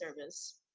service